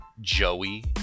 Joey